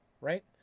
right